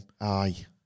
Aye